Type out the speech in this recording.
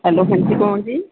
hello ਹਾਂਜੀ ਕੌਣ ਜੀ